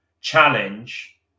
challenge